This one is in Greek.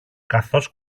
καθώς